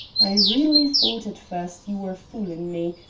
i really thought at first you were fooling me,